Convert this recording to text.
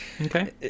okay